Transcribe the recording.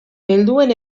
helduen